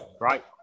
Right